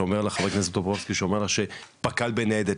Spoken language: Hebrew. שאומר לך פק"ל בניידת,